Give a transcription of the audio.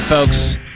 Folks